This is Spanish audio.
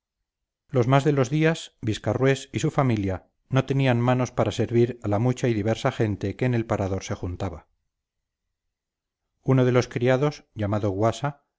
los más de los días viscarrués y su familia no tenían manos para servir a la mucha y diversa gente que en el parador se juntaba uno de los criados